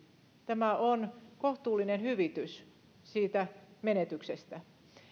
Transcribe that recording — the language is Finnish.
tämä on kohtuullinen hyvitys siitä menetyksestä